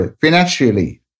financially